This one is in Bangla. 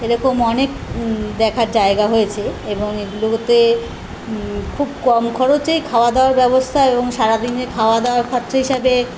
এ রকম অনেক দেখার জায়গা হয়েছে এবং এগুলোতে খুব কম খরচে খাওয়া দাওয়ার ব্যবস্থা এবং সারা দিনে খাওয়া দাওয়া খরচা হিসাবে